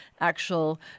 actual